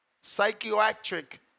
psychiatric